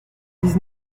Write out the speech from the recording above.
dix